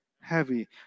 Heavy